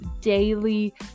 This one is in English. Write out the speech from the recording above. daily